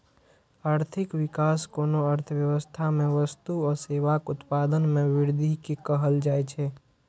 आर्थिक विकास कोनो अर्थव्यवस्था मे वस्तु आ सेवाक उत्पादन मे वृद्धि कें कहल जाइ छै